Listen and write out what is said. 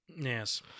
Yes